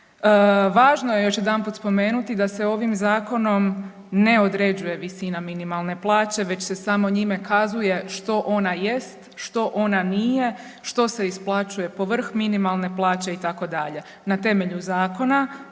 Važno je još jedanput spomenuti da se ovim zakonom ne određuje visina minimalne plaće već se samo njime kazuje što ona jest, što ona nije, što se isplaćuje povrh minimalne plaće itd. Na temelju zakona